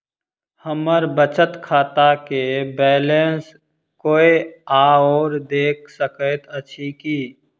हम्मर बचत खाता केँ बैलेंस कोय आओर देख सकैत अछि की